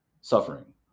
suffering